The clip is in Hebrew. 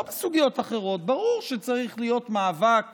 לא בסוגיות אחרות; ברור שצריך להיות מאבק